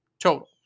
total